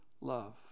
love